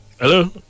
Hello